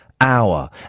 hour